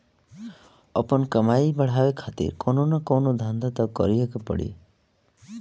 आपन कमाई बढ़ावे खातिर कवनो न कवनो धंधा तअ करीए के पड़ी